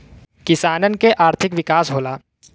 किसानन के आर्थिक विकास होला